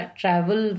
travel